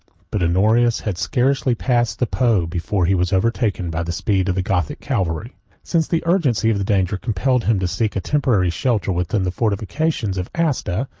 but honorius had scarcely passed the po, before he was overtaken by the speed of the gothic cavalry since the urgency of the danger compelled him to seek a temporary shelter within the fortifications of asta,